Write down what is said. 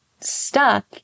stuck